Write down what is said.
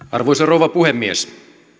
arvoisa rouva puhemies